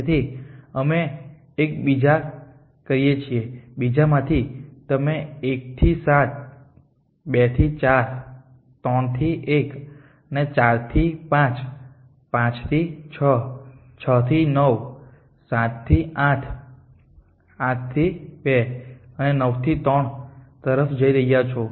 તેથી અમે એકબીજા કરીએ છીએ બીજામાં તમે 1 થી 7 2 થી 4 3 થી 1 4 થી 5 5 થી 6 6 થી 9 7 થી 8 8 થી 2 અને 9 થી 3 તરફ જઈ રહ્યા છો